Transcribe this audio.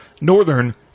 Northern